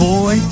Boy